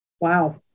wow